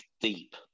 Deep